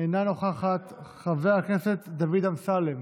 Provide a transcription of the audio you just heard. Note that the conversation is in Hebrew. אינה נוכחת, חבר הכנסת דוד אמסלם,